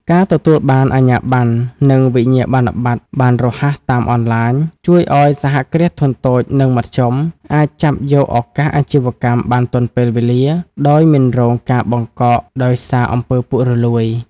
ការទទួលបានអាជ្ញាបណ្ណ និងវិញ្ញាបនបត្របានរហ័សតាមអនឡាញ ជួយឱ្យ សហគ្រាសធុនតូច និងមធ្យម អាចចាប់យកឱកាសអាជីវកម្មបានទាន់ពេលវេលា ដោយមិនរងការបង្កកដោយសារ អំពើពុករលួយ។